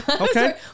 Okay